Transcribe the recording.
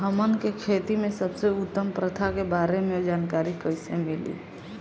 हमन के खेती में सबसे उत्तम प्रथा के बारे में जानकारी कैसे मिली?